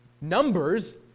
numbers